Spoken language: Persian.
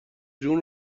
جون